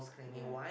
yea